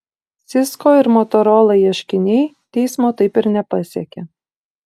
cisco ir motorola ieškiniai teismo taip ir nepasiekė